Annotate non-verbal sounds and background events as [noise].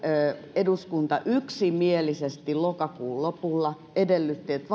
eduskunta yksimielisesti lokakuun lopulla edellytti että [unintelligible]